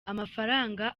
amafaranga